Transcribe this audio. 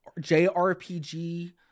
JRPG –